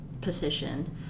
position